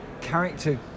character